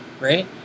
right